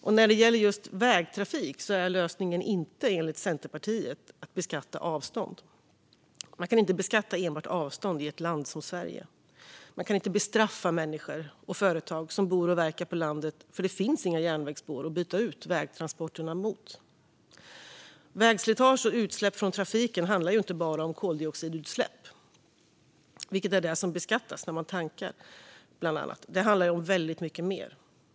Men när det gäller just vägtrafik är lösningen enligt Centerpartiet inte att beskatta avstånd. Man kan inte beskatta enbart avstånd i ett land som Sverige. Man kan inte bestraffa människor och företag som bor och verkar på landet, för det finns inga järnvägsspår att byta ut vägtransporterna mot. Vägslitage och utsläpp från trafiken handlar inte bara om koldioxidutsläpp, vilket bland annat är det som beskattas när man tankar. Det handlar om väldigt mycket mer.